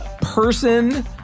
person